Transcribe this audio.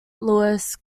louis